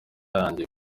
arangiye